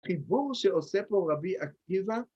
חיבור שעושה פה רבי עקיבא.